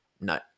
no